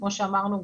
כמו שאמרנו,